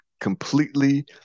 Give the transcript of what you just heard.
completely